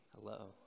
Hello